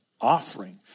offering